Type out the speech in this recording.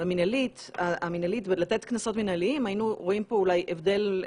המנהלית לתת קנסות מנהליים היינו רואים פה הבדל.